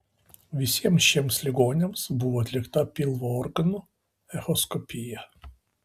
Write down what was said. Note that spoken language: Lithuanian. visiems šiems ligoniams buvo atlikta pilvo organų echoskopija